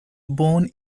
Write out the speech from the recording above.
bone